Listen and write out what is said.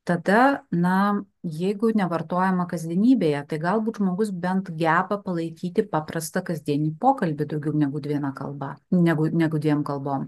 tada na jeigu nevartojama kasdienybėje tai galbūt žmogus bent geba palaikyti paprastą kasdienį pokalbį daugiau negu viena kalba negu negu dviem kalbom